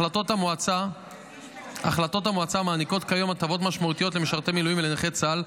החלטות המועצה מעניקות כיום הטבות משמעותיות למשרתי מילואים ולנכי צה"ל,